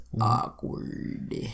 awkward